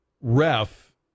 ref